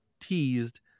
teased